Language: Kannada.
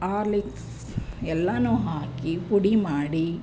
ಆರ್ಲಿಕ್ಸ್ ಎಲ್ಲನೂ ಹಾಕಿ ಪುಡಿ ಮಾಡಿ